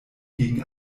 gegen